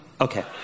Okay